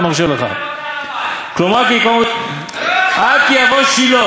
אפילו לאחר טבילה, כמו שאתה עושה,